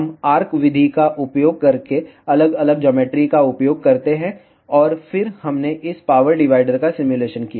हम आर्क विधि का उपयोग करके अलग अलग ज्योमेट्री का उपयोग करते हैं और फिर हमने इस पावर डिवाइडर का सिमुलेशन किया